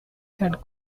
had